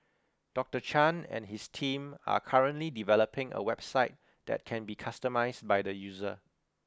Doctor Chan and his team are currently developing a website that can be customised by the user